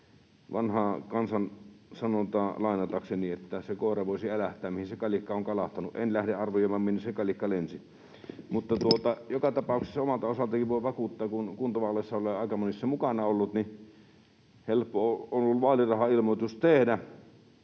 vanhaa kansan sanontaa lainatakseni — se koira voisi älähtää, mihin se kalikka on kalahtanut. En lähde arvioimaan, minne se kalikka lensi. Mutta joka tapauksessa omalta osaltanikin voin vakuuttaa, kun kuntavaaleissa olen aika monissa mukana ollut, että helppo on ollut vaalirahailmoitus tehdä,